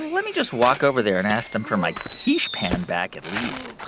let me just walk over there and ask them for my quiche pan back, at least